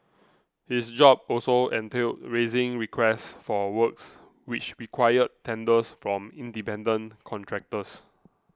his job also entailed raising requests for works which required tenders from independent contractors